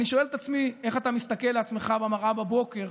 אני שואל את עצמי איך אתה מסתכל על עצמך במראה בבוקר.